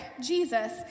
Jesus